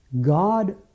God